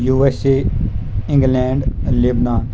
USA England lebanon